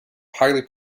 highly